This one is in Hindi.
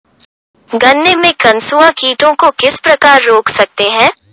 गन्ने में कंसुआ कीटों को किस प्रकार रोक सकते हैं?